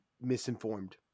misinformed